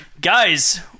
Guys